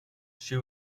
she